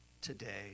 today